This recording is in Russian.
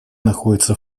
находится